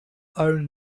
own